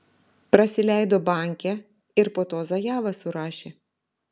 prasileido bankę ir po to zajavą surašė